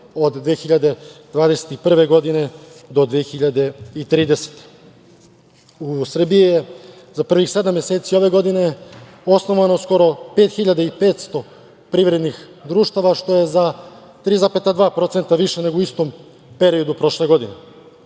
do 2030. godine.U Srbiji je za prvih sedam meseci ove godine osnovano skoro 5.500 privrednih društava, što je za 3,2% više nego u istom periodu prošle godine.